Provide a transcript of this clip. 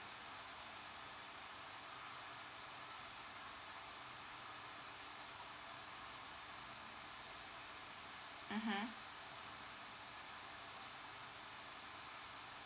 mmhmm